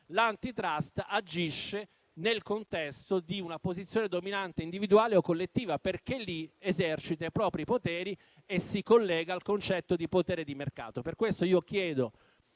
l'*Antitrust* agisce nel contesto di una posizione dominante individuale o collettiva, perché lì esercita i propri poteri e si collega al concetto di potere di mercato. Per questo chiedo